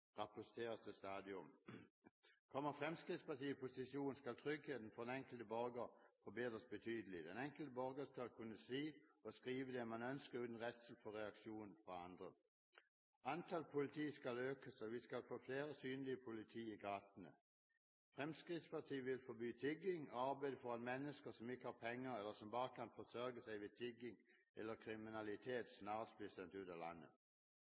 rapporteres det stadig om. Kommer Fremskrittspartiet i posisjon, skal tryggheten for den enkelte borger forbedres betydelig. Den enkelte borger skal kunne si og skrive det han ønsker, uten redsel for reaksjon fra andre. Antall politi skal økes, og vi skal få flere synlige politi i gatene. Fremskrittspartiet vil forby tigging og arbeide for at mennesker som ikke har penger, eller som bare kan forsørge seg ved tigging eller kriminalitet, snarest blir sendt ut av landet.